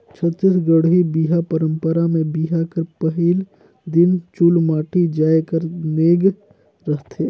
छत्तीसगढ़ी बिहा पंरपरा मे बिहा कर पहिल दिन चुलमाटी जाए कर नेग रहथे